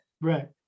Right